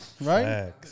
Right